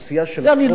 זה אני לא מקבל.